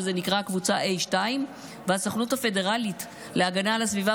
שזה נקרא הקבוצה A2. הסוכנות הפדרלית להגנה על הסביבה